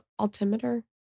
altimeter